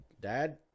Dad